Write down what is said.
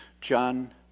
John